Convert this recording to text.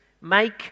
make